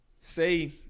say